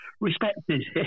respected